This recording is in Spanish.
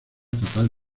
fatal